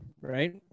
right